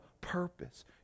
purpose